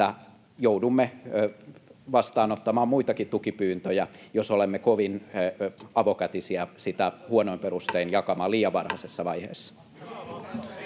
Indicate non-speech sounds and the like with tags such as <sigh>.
että joudumme vastaanottamaan muitakin tukipyyntöjä, <noise> jos olemme kovin avokätisiä sitä huonoin perustein jakamaan liian varhaisessa vaiheessa.